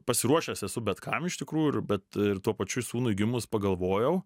pasiruošęs esu bet kam iš tikrųjų ir bet tuo pačiu sūnui gimus pagalvojau